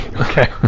Okay